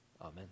Amen